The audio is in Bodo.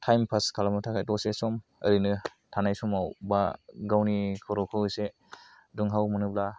टाइम पास खालामनो थाखाय दसे सम ओरैनो थानाय समाव बा गावनि खर'खौ एसे दुंहाव मोनोब्ला